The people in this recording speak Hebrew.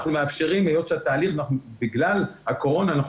בגלל הקורונה,